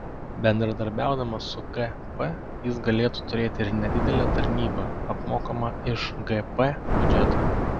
bendradarbiaudamas su gp jis galėtų turėti ir nedidelę tarnybą apmokamą iš gp biudžeto